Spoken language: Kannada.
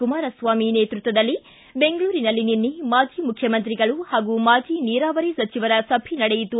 ಕುಮಾರಸ್ವಾಮಿ ನೇತೃತ್ವದಲ್ಲಿ ಬೆಂಗಳೂರಿನಲ್ಲಿ ನಿನ್ನೆ ಮಾಜಿ ಮುಖ್ಯಮಂತ್ರಿಗಳು ಹಾಗೂ ಮಾಜಿ ನೀರಾವರಿ ಸಚಿವರ ಸಭೆ ನಡೆಯಿತು